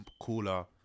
cooler